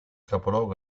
capoluogo